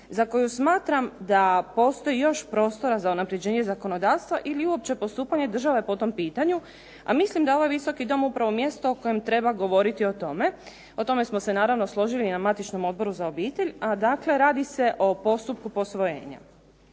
za koju smatram da postoji još prostora za unapređenje zakonodavstva ili uopće postupanje države po tom pitanju, a mislim da ovaj Visoki dom upravo mjesto kojem treba govoriti o tome. O tome smo se naravno složili na matičnom Odboru za obitelj, a radi se o postupku posvojenja.